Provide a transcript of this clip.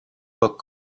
book